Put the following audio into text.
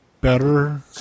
better